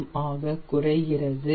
M ஆக குறைகிறது